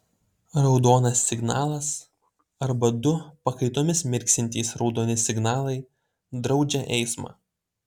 raudonas signalas arba du pakaitomis mirksintys raudoni signalai draudžia eismą